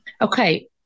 Okay